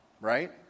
right